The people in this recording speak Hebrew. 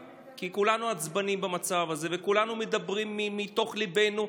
כי כולנו עצבניים במצב הזה וכולנו מדברים מתוך ליבנו,